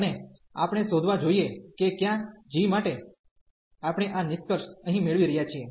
અને આપણે શોધવા જોઈએ કે કયા g માટે આપણે આ નિષ્કર્ષ અહીં મેળવી રહ્યા છીએ